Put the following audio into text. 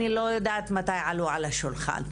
אני לא יודעת מתי עלו על השולחן,